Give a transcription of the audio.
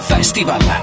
Festival